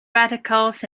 radicals